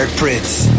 Prince